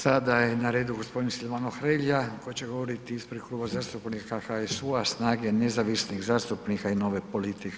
Sada je na redu gospodin Silvano Hrelja koji će govoriti ispred Kluba zastupnika HSU-a, SNAGE, nezavisnih zastupnika i Nove politike.